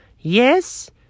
Yes